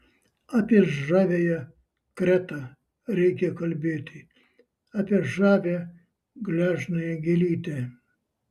apie žaviąją kretą reikia kalbėti apie žavią gležnąją gėlytę